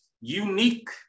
unique